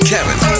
Kevin